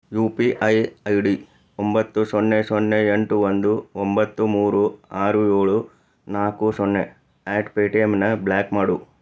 you P I I D ಒಂಬತ್ತು ಸೊನ್ನೆ ಸೊನ್ನೆ ಎಂಟು ಒಂದು ಒಂಬತ್ತು ಮೂರು ಆರು ಏಳು ನಾಲ್ಕು ಸೊನ್ನೆ ಎಟ್ ಪೇಟಿಎಮ್ಮನ್ನು ಬ್ಲ್ಯಾಕ್ ಮಾಡು